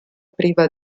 priva